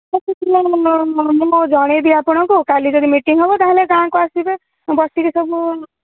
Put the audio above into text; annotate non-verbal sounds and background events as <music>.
ହଁ ସେ <unintelligible> ମୁଁ ଜଣେଇବି ଆପଣଙ୍କୁ କାଲି ଯଦି ମିଟିଙ୍ଗ୍ ହେବ ତାହାଲେ ଗାଁ'କୁ ଆସିବେ ବସିକି ସବୁ